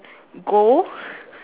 gold